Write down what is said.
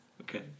Okay